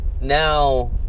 now